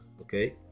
okay